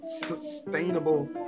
Sustainable